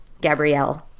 Gabrielle